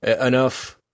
enough